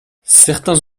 certains